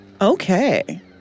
Okay